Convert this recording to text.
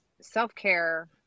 self-care